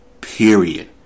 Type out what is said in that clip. period